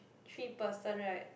three person right